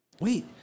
Wait